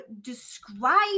describe